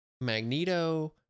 Magneto